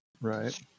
Right